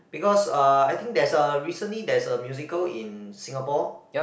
because ah I think there's a recently there's a musical in Singapore